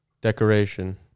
Decoration